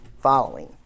following